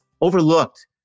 overlooked